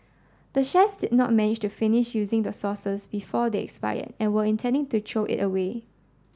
the chefs did not manage to finish using the sauces before they expired and were intending to throw it away